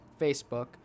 facebook